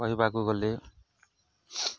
କହିବାକୁ ଗଲେ